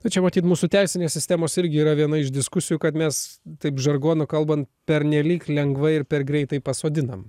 na čia matyt mūsų teisinės sistemos irgi yra viena iš diskusijų kad mes taip žargonu kalbant pernelyg lengvai ir per greitai pasodinam